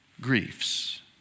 griefs